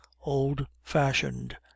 old-fashioned